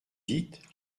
dites